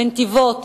בנתיבות,